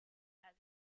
has